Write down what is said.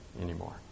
anymore